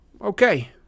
Okay